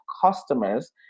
customers